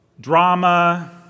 drama